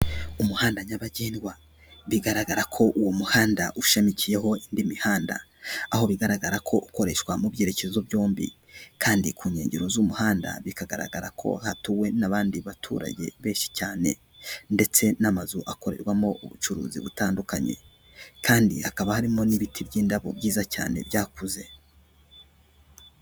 Umuhanda nyabagendwa bigaragara ko uwo muhanda ushamikiyeho indi mihanda, aho bigaragara ko ukoreshwa mu byerekezo byombi kandi ku nkengero z'umuhanda bikagaragara ko hatuwe n'abandi baturage benshi cyane ndetse n'amazu akorerwamo ubucuruzi butandukanye kandi hakaba harimo n'ibiti by'indabo byiza cyane byakuze.